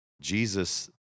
Jesus